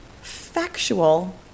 factual